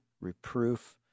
reproof